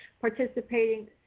participating